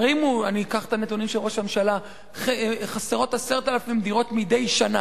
אני אקח את הנתונים של ראש הממשלה: חסרות 10,000 דירות מדי שנה,